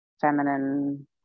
feminine